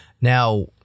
Now